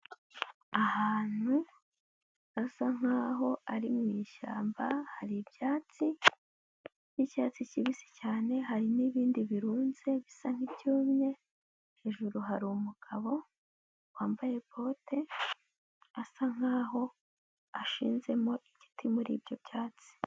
Ahantu hasa nkaho ari mu ishyamba hari ibyatsi by'icyatsi kibisi cyane, hari n'ibindi birunze bisa nk'ibyumye, hejuru hari umugabo wambaye bote asa nkaho ashinzemo igiti muri ibyo byatsi.